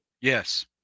Yes